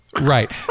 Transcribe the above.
Right